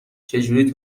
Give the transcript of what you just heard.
چجوری